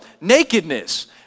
Nakedness